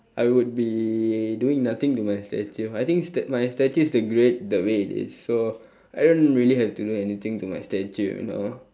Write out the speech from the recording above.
I would be doing nothing to my statue I think sta~ my statue is the great the way it is so I don't really have to do anything to my statue you know